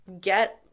get